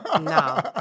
No